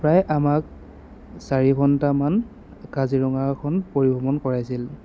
প্ৰায় আমাক চাৰি ঘণ্টামান কাজিৰঙাখন পৰিভ্ৰমণ কৰাইছিল